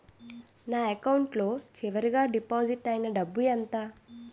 నా అకౌంట్ లో చివరిగా డిపాజిట్ ఐనా డబ్బు ఎంత?